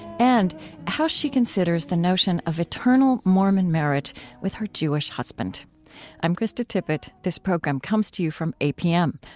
and how she considers the notion of eternal mormon marriage with her jewish husband i'm krista tippett. this program comes to you from apm,